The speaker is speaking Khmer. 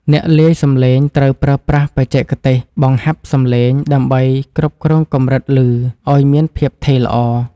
អ្នកលាយសំឡេងត្រូវប្រើប្រាស់បច្ចេកទេសបង្ហាប់សំឡេងដើម្បីគ្រប់គ្រងកម្រិតឮឱ្យមានភាពថេរល្អ។